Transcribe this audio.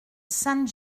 saint